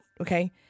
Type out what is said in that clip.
okay